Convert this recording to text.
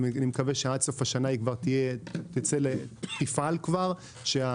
ואני מקווה שעד סוף השנה היא כבר תפעל כך שהמוצרים